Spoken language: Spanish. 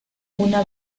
una